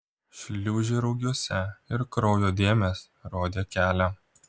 šliūžė rugiuose ir kraujo dėmės rodė kelią